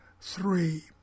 three